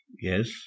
Yes